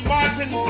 Martin